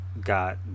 got